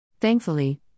Thankfully